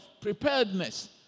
preparedness